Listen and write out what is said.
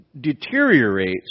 deteriorates